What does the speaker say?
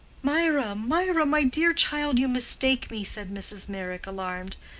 mirah, mirah, my dear child, you mistake me! said mrs. meyrick, alarmed.